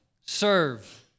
serve